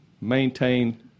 maintain